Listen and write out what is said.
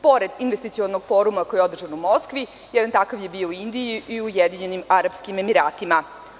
Pored investicionog foruma, koji je održan u Moskvi, jedan takav je bio u Indiji i u Ujedinjenim Arapskim Emiratima.